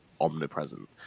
omnipresent